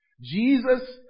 Jesus